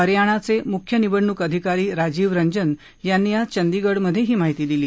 हरयाणाचे मुख्य निवडणूक अधिकारी राजीव रंजन यांनी आज चंदीगढमधे ही माहिती दिली